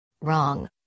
Wrong